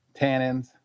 tannins